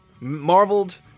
marveled